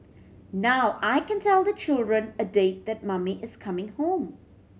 now I can tell the children a date that mummy is coming home